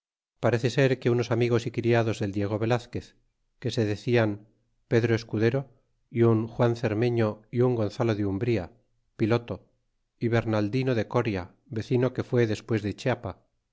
parece ser que unos amigos y criados del diego velazquez que se decian pedro escudero y un juan cermeño y un gonzalo de umbria piloto y bernaldino de coria vecino que fué despues de chiapa